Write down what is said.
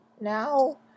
now